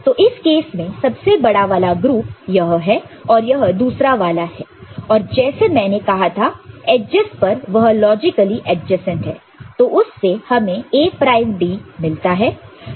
तो इस केस में सबसे बड़ा वाला ग्रुप यह है और यह दूसरा वाला है और जैसे मैंने कहा था एडजस पर वह लॉजिकली एडजेसेंट है तो उससे हमें A प्राइम D मिलता है